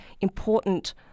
important